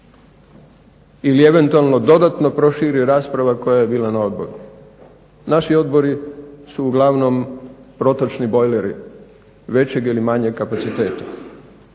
ili eventualno dodatno proširi rasprava koja je bila na odboru. Naši odbori su uglavnom protočni bojleri većeg ili manjeg kapaciteta